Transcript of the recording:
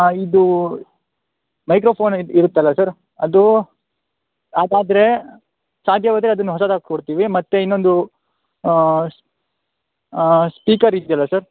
ಅ ಇದು ಮೈಕ್ರೋಫೋನ್ ಇರ್ ಇರುತ್ತಲ್ಲ ಸರ್ ಅದು ಅದಾದರೆ ಸಾಧ್ಯವಾದರೆ ಅದನ್ನು ಹೊಸದು ಹಾಕ್ಸಿ ಕೊಡ್ತಿವಿ ಮತ್ತು ಇನ್ನೊಂದು ಸ್ಪೀಕರ್ ಇದ್ಯಲ್ಲ ಸರ್